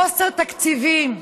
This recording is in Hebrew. חוסר תקציבים.